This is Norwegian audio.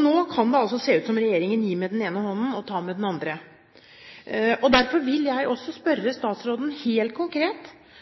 Nå kan det altså se ut som om regjeringen gir med den ene hånden og tar med den andre. Derfor vil jeg også